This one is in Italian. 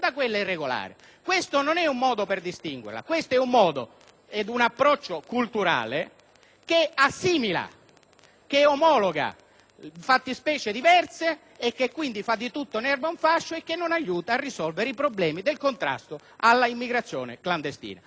che omologa fattispecie diverse e che quindi fa di tutta l'erba un fascio e non aiuta a risolvere i problemi del contrasto all'immigrazione clandestina. Queste sono le ragioni politiche per le quali votiamo contro l'articolo 19 e spero che qualche senatore del Gruppo